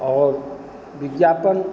और विज्ञापन